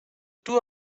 two